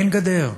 אין גדר.